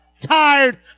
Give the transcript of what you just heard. tired